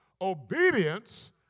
obedience